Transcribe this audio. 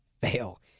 fail